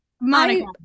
monica